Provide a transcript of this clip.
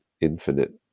infinite